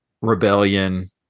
rebellion